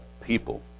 people